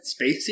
Spacey